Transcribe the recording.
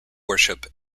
worship